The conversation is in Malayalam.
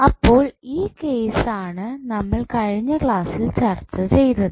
അപ്പോൾ ഈ കേസ് ആണ് നമ്മൾ കഴിഞ്ഞ ക്ലാസ്സിൽ ചർച്ച ചെയ്തത്